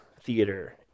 theater